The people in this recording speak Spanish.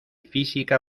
física